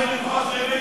מה עושים חוזרים בתשובה?